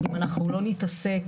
אם אנחנו לא נתעסק,